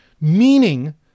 meaning